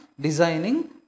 designing